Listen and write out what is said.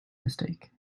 mistake